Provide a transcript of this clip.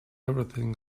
everything